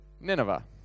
Nineveh